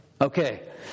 Okay